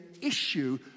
issue